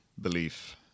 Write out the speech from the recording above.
belief